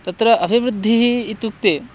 तत्र अभिवृद्धिः इत्युक्ते